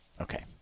Okay